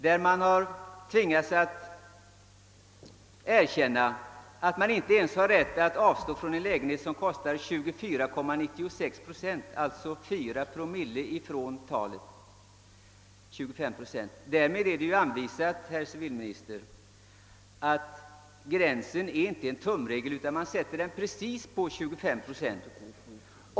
Det fallet visar att man inte ens har rätt att avstå från en lägenhet som kostar 24,96 procent av inkomsten, alltså 4 promille under 25 procent. Därmed är det anvisat, herr civilminister, att gränsen inte är en tumregel; man sätter den precis vid 25 procent.